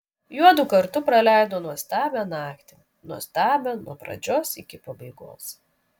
juodu kartu praleido nuostabią naktį nuostabią nuo pradžios iki pabaigos